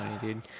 dude